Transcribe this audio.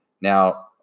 now